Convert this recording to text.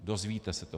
Dozvíte se to.